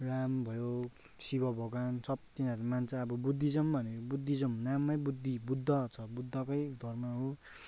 राम भयो शिव भगवान् सब तिनीहरूले मान्छ अब बुद्धिज्म भनेको बुद्धिज्म नाममै बुद्धि बुद्ध छ बुद्धकै धर्म हो